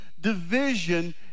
division